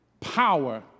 Power